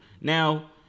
now